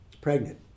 pregnant